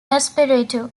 espiritu